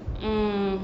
mm